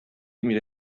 میره